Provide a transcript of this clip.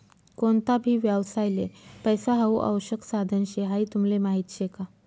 कोणता भी व्यवसायले पैसा हाऊ आवश्यक साधन शे हाई तुमले माहीत शे का?